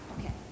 Okay